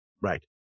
Right